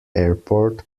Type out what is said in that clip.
airport